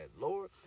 Lord